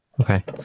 okay